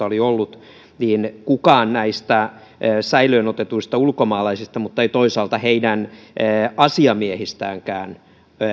oli ollut nämä kaksisataakaksikymmentäkolme tapausta niin ei kukaan näistä säilöönotetuista ulkomaalaisista mutta ei toisaalta heidän asiamiehistäänkään